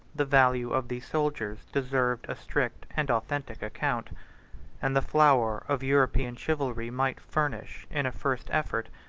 the value of these soldiers deserved a strict and authentic account and the flower of european chivalry might furnish, in a first effort,